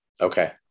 Okay